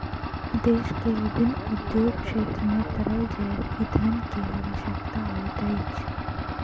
देश के विभिन्न उद्योग क्षेत्र मे तरल जैव ईंधन के आवश्यकता होइत अछि